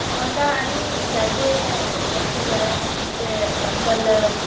म्हाका आनी जायते वस्तू जाय जशे कलर्स